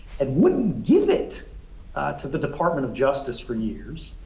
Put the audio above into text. and wouldn't give it to the department of justice for years.